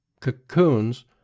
cocoons